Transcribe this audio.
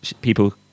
People